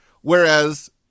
Whereas